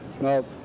No